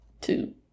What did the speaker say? Two